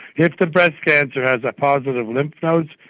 yeah if the breast cancer has like positive lymph nodes,